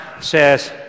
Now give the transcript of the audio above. says